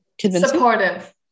Supportive